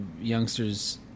youngsters